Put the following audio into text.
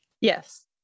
yes